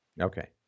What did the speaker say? Okay